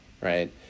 right